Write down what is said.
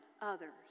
others